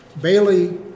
Bailey